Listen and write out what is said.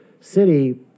city